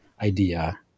idea